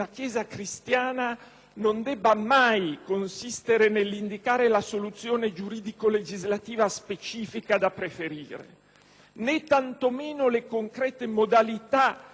non debba mai consistere nell'indicare la soluzione giuridico-legislativa specifica da preferire, né tanto meno le concrete modalità dell'impegno politico;